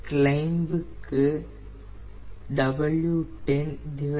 climb க்கு 0